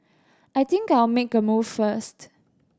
I think I'll make a move first